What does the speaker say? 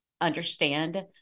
understand